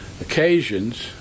occasions